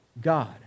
God